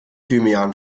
thymian